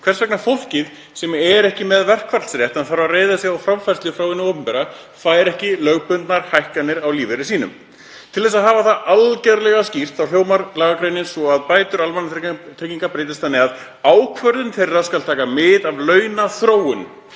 hvers vegna fólkið sem er ekki með verkfallsrétt en þarf að reiða sig á framfærslu frá hinu opinbera fær ekki lögbundnar hækkanir á lífeyri sínum. Til þess að hafa það algerlega skýrt þá hljómar lagagreinin svo að bætur almannatrygginga breytast þannig að ákvörðun þeirra skal taka mið af launaþróun,